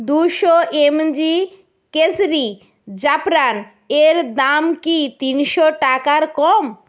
দুশো এমজি কেশরী জাফরান এর দাম কি তিনশো টাকার কম